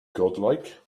godlike